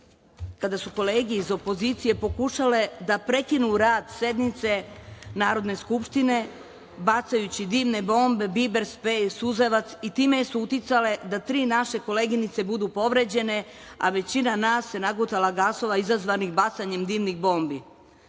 kada su kolege iz opozicije pokušale da prekinu rad sednice Narodne skupštine, bacajući dimne bombe, biber sprej, suzavac i time su uticale da tri naše koleginice budu povređene, a većina nas se nagutala gasova izazvanih bacanjem dimnih bombi.